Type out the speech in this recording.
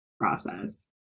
process